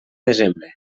desembre